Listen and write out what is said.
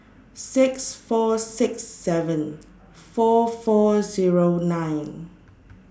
six four six seven four four Zero nine